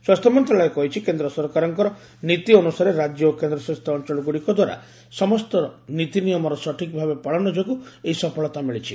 ସ୍ୱାସ୍ଥ୍ୟ ମନ୍ତ୍ରଣାଳୟ କହିଛି କେନ୍ଦ୍ର ସରକାରଙ୍କ ନୀତି ଅନୁସାରେ ରାଜ୍ୟ ଓ କେନ୍ଦ୍ରଶାସିତ ଅଞ୍ଚଳଗୁଡ଼ିକ ଦ୍ୱାରା ସମସ୍ତ ନୀତି ନିୟମର ସଠିକ ଭାବେ ପାଳନ ଯୋଗୁଁ ଏହି ସଫଳତା ମିଳିଛି